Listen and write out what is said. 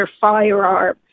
Firearm